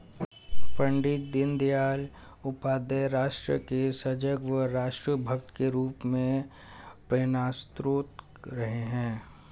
पण्डित दीनदयाल उपाध्याय राष्ट्र के सजग व राष्ट्र भक्त के रूप में प्रेरणास्त्रोत रहे हैं